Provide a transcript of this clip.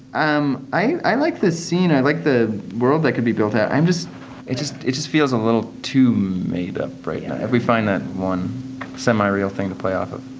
um i like this scene. i like the world that can be built. i'm just it just it just feels a little too made-up right now, if we find that one semi-real thing to play off of.